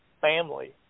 family